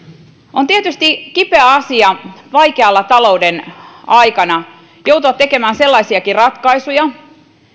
on tietysti kipeä asia vaikeana talouden aikana joutua tekemään sellaisiakin ratkaisuja